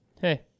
Hey